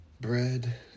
Bread